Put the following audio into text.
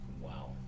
Wow